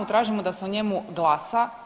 Tražimo da se o njemu glasa.